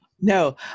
No